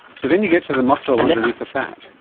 so then you get to the muscle underneath the fat.